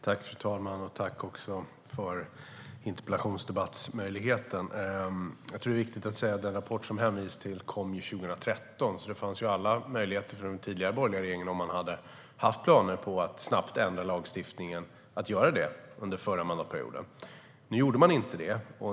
Fru talman! Jag tackar för möjligheten till en interpellationsdebatt. Det är viktigt att säga att den rapport som det hänvisas till kom 2013, så det fanns alla möjligheter för den tidigare borgerliga regeringen att snabbt ändra lagstiftningen under den förra mandatperioden om den hade haft planer på detta. Nu gjorde den inte det.